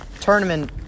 tournament